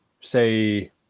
say